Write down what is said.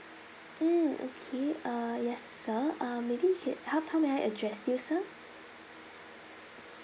mm okay uh yes sir uh maybe you can how how may I address you sir